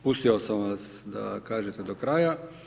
Pustio sam vas da kažete do kraja.